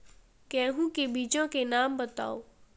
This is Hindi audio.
गेहूँ के बीजों के नाम बताओ?